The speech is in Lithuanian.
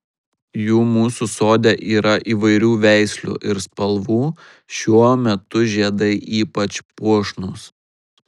jų mūsų sode yra įvairių veislių ir spalvų šiuo metu žiedai ypač puošnūs